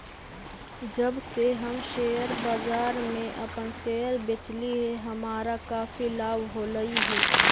जब से हम शेयर बाजार में अपन शेयर बेचली हे हमारा काफी लाभ होलई हे